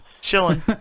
chilling